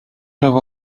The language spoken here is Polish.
ewa